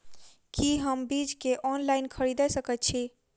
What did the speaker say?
की हम बीज केँ ऑनलाइन खरीदै सकैत छी?